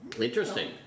Interesting